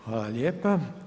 Hvala lijepa.